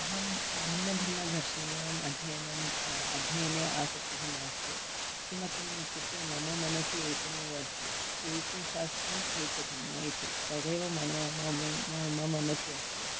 अहं भिन्नभिन्नदर्शनानाम् अध्ययनम् अध्ययने आसक्तिः नास्ति किमर्थम् इत्यक्ते मम मनसि एकमेव अस्ति एक शास्त्रम् एकजन्म इति तदेव मां मम मनसि अस्ति